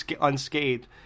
unscathed